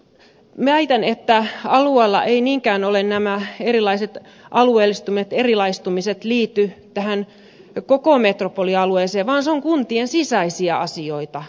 väitän että alueella nämä erilaiset alueelliset erilaistumiset eivät niinkään liity tähän koko metropolialueeseen vaan ne ovat kuntien sisäisiä asioita